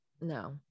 No